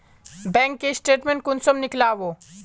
Bank के statement कुंसम नीकलावो?